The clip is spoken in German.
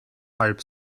halb